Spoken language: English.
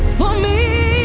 me